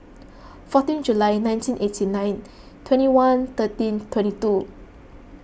fourteen July nineteen eighty nine twenty one thirteen twenty two